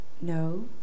No